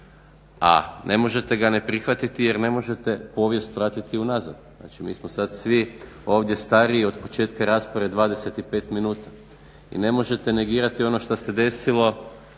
a na možete ga ne prihvatiti jer ne možete povijest vratiti u nazad, znači mi smo sad svi ovdje stariji od početka rasprave, 25 minuta i ne možete negirati ono šta se desilo,